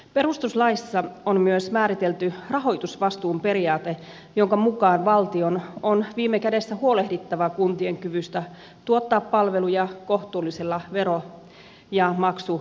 perustuslaissa on myös määritelty rahoitusvastuun periaate jonka mukaan valtion on viime kädessä huolehdittava kuntien kyvystä tuottaa palveluja kohtuullisella vero ja maksurasituksella